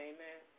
Amen